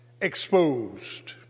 exposed